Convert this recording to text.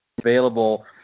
available